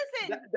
listen